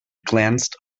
glanced